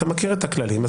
אתה מכיר את הכללים,